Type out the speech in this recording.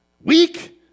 Weak